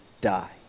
die